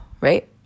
right